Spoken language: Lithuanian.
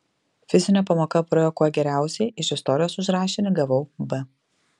fizinio pamoka praėjo kuo geriausiai iš istorijos už rašinį gavau b